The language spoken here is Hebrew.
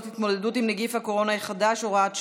להתמודדות עם נגיף הקורונה החדש (הוראת שעה)